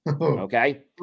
okay